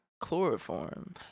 Chloroform